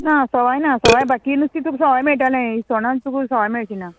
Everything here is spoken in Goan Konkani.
ना सवाय ना सवाय बाकी नुस्तें तुका सवाय मेळटोलें इसणांच तुका सवाय मेळचीना